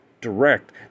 Direct